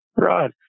Right